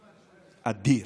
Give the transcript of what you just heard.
אדיר,